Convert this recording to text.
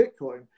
Bitcoin